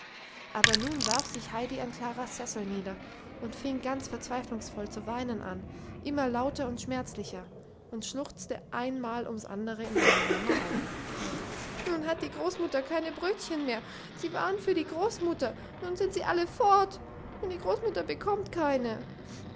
aber nun warf sich heidi an klaras sessel nieder und fing ganz verzweiflungsvoll zu weinen an immer lauter und schmerzlicher und schluchzte ein mal ums andere in seinem jammer auf nun hat die großmutter keine brötchen mehr sie waren für die großmutter nun sind sie alle fort und die großmutter bekommt keine